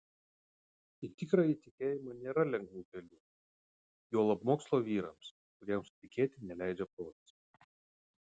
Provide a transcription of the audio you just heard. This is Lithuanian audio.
į tikrąjį tikėjimą nėra lengvų kelių juolab mokslo vyrams kuriems tikėti neleidžia protas